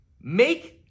make